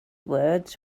words